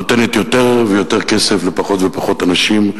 נותנת יותר ויותר כסף לפחות ופחות אנשים,